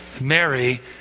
Mary